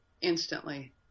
instantly